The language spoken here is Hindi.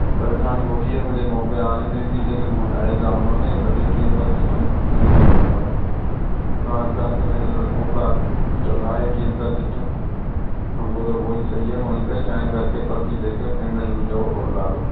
परेशानी होती है मुझे वहाँ पे आने में भी लेकिन आए जाऊंगा मैं पर ये ए टी एम का सिस्टम यूज नहीं करूँगा मैं तो आज कल के नए लड़कों का चल रहा है ए टी एम का सिस्टम हमको तो वो ही सही है वहीं पे ही साइन करके पर्ची देके और पेमेंट लो और डालो